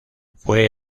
fue